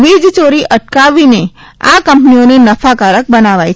વીજયોરી અટકાવવીને આ કંપનીઓને નફાકારક બનાવાઇ છે